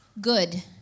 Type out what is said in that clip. good